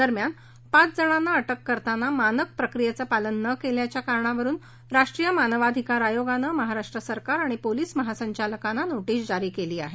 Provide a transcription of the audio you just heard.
दरम्यान पाचजणांना अटक करतांना मानक प्रक्रियेचं पालन न केल्याच्या कारणावरून राष्ट्रीय मानवाधिकार आयोगानं महाराष्ट्र सरकार आणि पोलिस महासंचालकांना नोटीस जारी केली आहे